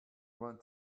want